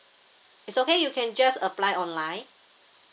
it's okay you can just apply online